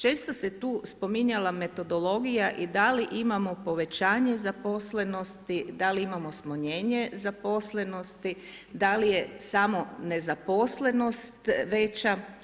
Često se tu spominjala metodologija i da li imamo povećanje zaposlenosti, da li imamo smanjenje zaposlenosti, da li je samo nezaposlenost veća.